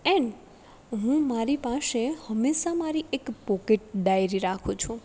and હું મારી પાસે હંમેશા મારી એક પોકેટ ડાયરી રાખું છું